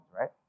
right